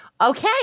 Okay